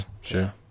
Sure